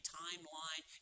timeline